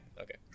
Okay